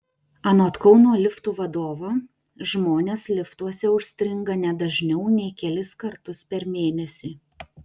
anot kauno liftų vadovo žmonės liftuose užstringa ne dažniau nei kelis kartus per mėnesį